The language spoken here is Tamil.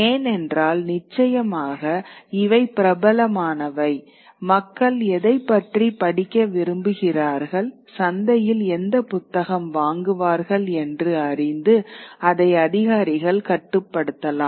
ஏனென்றால் நிச்சயமாக இவை பிரபலமானவை மக்கள் எதைப் பற்றி படிக்க விரும்புகிறார்கள் சந்தையில் எந்த புத்தகம் வாங்குவார்கள் என்று அறிந்து அதை அதிகாரிகள் கட்டுப்படுத்தலாம்